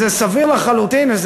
זה סביר לחלוטין,